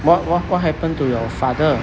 what what what happened to your father